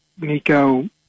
Nico